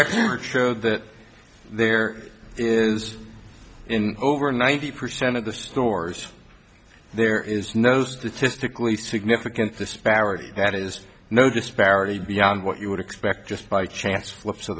records show that there is in over ninety percent of the stores there is no statistically significant disparity that is no disparity beyond what you would expect just by chance flip